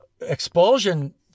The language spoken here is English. expulsion